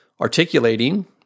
articulating